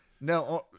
No